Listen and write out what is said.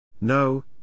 No